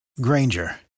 Granger